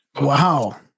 Wow